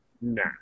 Nah